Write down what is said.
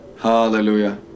Hallelujah